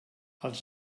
els